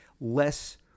less